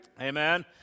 Amen